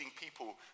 people